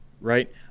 right